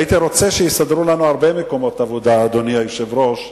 אדוני היושב-ראש,